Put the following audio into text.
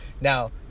now